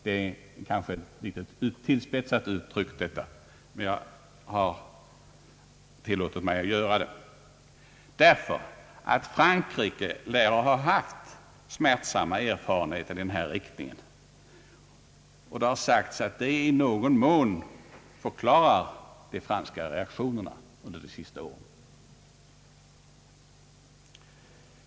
Detta är kanske en något tillspetsad fråga, men jag har tilllåtit mig att ställa den, därför att Frankrike lär ha haft smärtsamma erfarenheter i denna riktning. Det är detta, som i någon mån förklarar de franska reaktionerna under det sista året.